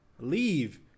leave